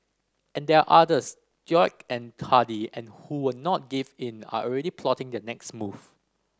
and there are others stoic and hardy and who will not give in are already plotting their next move